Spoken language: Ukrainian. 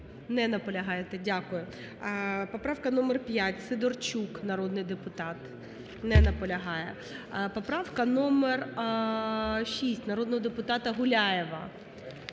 Не наполягаєте. Дякую. Поправка номер 5, Сидорчук, народний депутат. Не наполягає. Поправка номер 6 народного депутата Гуляєва.